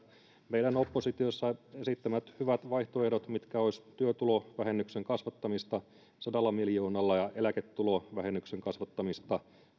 meidän oppositiossa esittämät hyvät vaihtoehdot mitkä olivat työtulovähennyksen kasvattamista sadalla miljoonalla ja eläketulovähennyksen kasvattamista